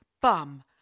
bum